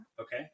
Okay